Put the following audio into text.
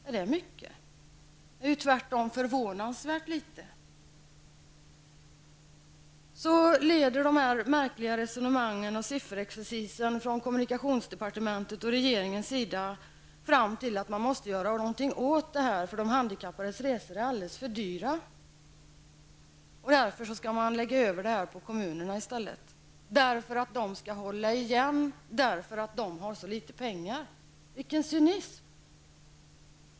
Är det mycket? Det är tvärtom förvånansvärt litet. Dessa resonemang och denna sifferexercis från kommunikationsdepartementets och regeringens sida leder sedan fram till att man måste göra något åt detta, eftersom de handikappades resor är alldeles för dyra. Därför skall riksfärdtjänsten läggas över på kommunerna, därför att de skall hålla igen och därför att de har så litet pengar. Vilken cynism!